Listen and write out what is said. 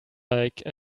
like